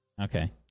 Okay